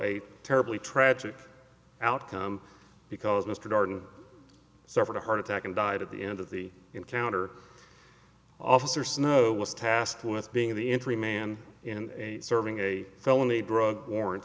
a terribly tragic outcome because mr darden suffered a heart attack and died at the end of the encounter officer snow was tasked with being the entry man in serving a felony drug warrant